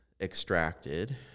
extracted